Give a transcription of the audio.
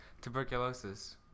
tuberculosis